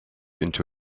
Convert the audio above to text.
into